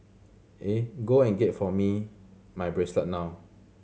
eh go and get for me my bracelet now